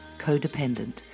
codependent